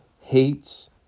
hates